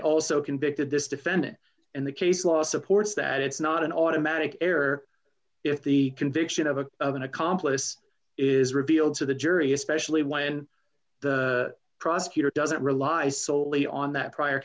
it also convicted this defendant and the case law supports that it's not an automatic error if the conviction of a of an accomplice is revealed to the jury especially when the prosecutor doesn't rely solely on that prior